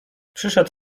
przyszedł